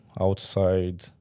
outside